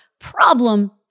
problem